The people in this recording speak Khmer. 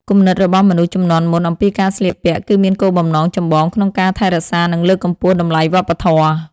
គំនិតរបស់មនុស្សជំនាន់មុនអំពីការស្លៀកពាក់គឺមានគោលបំណងចម្បងក្នុងការថែរក្សានិងលើកកម្ពស់តម្លៃវប្បធម៌។